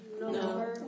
No